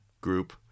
group